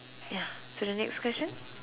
ya so the next question